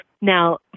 Now